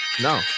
No